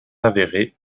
avérée